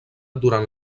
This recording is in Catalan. durant